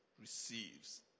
receives